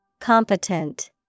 Competent